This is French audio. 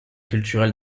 culturel